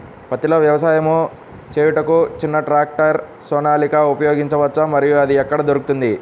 పత్తిలో వ్యవసాయము చేయుటకు చిన్న ట్రాక్టర్ సోనాలిక ఉపయోగించవచ్చా మరియు అది ఎక్కడ దొరుకుతుంది?